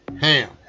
ham